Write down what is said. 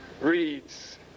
reads